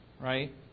right